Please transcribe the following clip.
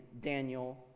Daniel